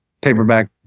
paperback